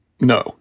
No